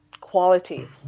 quality